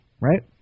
right